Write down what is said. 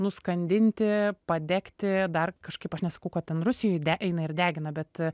nuskandinti padegti dar kažkaip aš nesakau kad ten rusijoj de eina ir degina bet